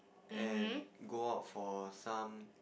and go out for some